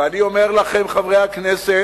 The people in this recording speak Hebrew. ואני אומר לכם, חברי הכנסת,